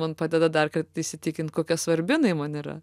man padeda dar kartą įsitikint kokia svarbi jinai man yra